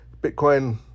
Bitcoin